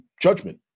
judgment